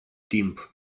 timp